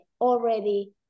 already